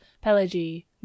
Pelagie